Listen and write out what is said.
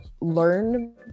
learn